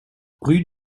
rue